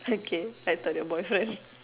okay I thought your boyfriend